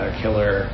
killer